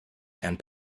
and